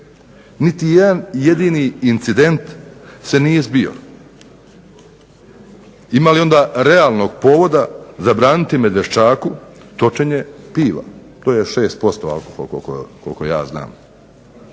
Niti jedan jedini incident se nije zbio. Ima li onda realnog povoda zabraniti Medveščaku točenje piva? To je 6% alkohola koliko ja znam.